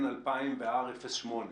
N=2,000 ו-R=0.8.